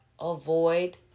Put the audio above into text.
avoid